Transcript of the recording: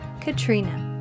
Katrina